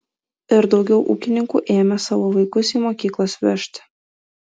ir daugiau ūkininkų ėmė savo vaikus į mokyklas vežti